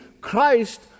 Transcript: Christ